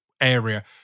area